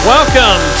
Welcome